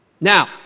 Now